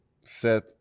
Seth